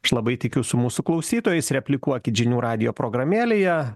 aš labai tikiu su mūsų klausytojais replikuokit žinių radijo programėlėje